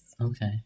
Okay